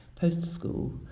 post-school